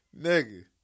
nigga